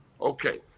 okay